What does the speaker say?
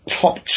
top